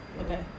okay